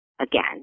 again